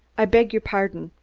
i beg your pardon,